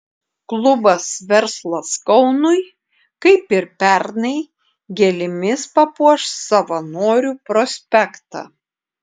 klubas verslas kaunui kaip ir pernai gėlėmis papuoš savanorių prospektą